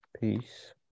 peace